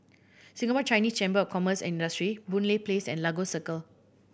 Singapore Chinese Chamber of Commerce Industry Boon Lay Place and Lagos Circle